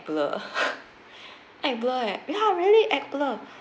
blur act blur leh ya really act blur